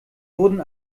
wurden